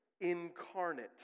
incarnate